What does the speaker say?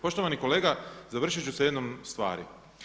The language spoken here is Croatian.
Poštovani kolega, završit ću sa jednom stvari.